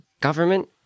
government